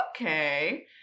okay